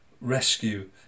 Rescue